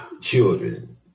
children